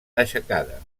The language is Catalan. aixecada